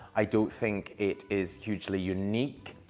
i don't think it is hugely unique,